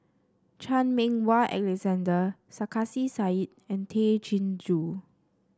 Chan Meng Wah Alexander Sarkasi Said and Tay Chin Joo